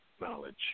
knowledge